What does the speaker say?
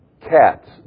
cats